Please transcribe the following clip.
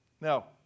Now